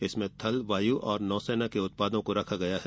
इसमें थल वायु और नौसेना के उत्पादों को रखा गया है